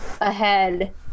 ahead